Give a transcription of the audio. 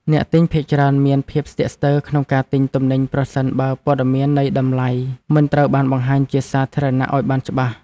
អ្នកទិញភាគច្រើនមានការស្ទាក់ស្ទើរក្នុងការទិញទំនិញប្រសិនបើព័ត៌មាននៃតម្លៃមិនត្រូវបានបង្ហាញជាសាធារណៈឱ្យបានច្បាស់។